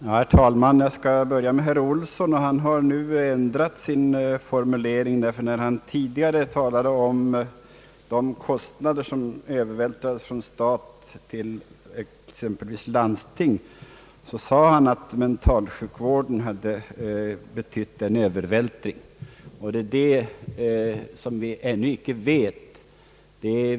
Herr talman! Jag skall börja med att bemöta herr Olssons inlägg. Han har ju nu ändrat sin formulering. När han tidigare talade om de kostnader som övervältrades från staten till exempelvis landstingen, sade han att kostnaderna för mentalsjukvården innebar en betydande övervältring. Men det är detta som vi ännu icke vet.